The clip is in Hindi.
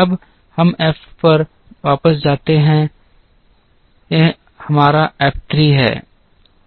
अब हम F पर वापस जाते हैं 3 यह हमारा एफ 3 है